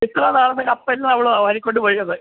ഇത്തവണ അവിടെനിന്ന് കപ്പെല്ലാമവളാണ് വാരിക്കൊണ്ടുപോയത്